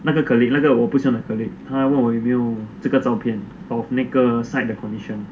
他问我有没有这个照片 of 那个 site the condition